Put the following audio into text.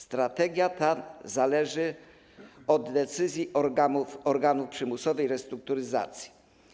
Strategia ta zależy od decyzji organów przymusowej restrukturyzacji.